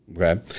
okay